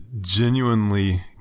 genuinely